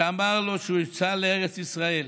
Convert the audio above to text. שאמר לו שייסע לארץ ישראל.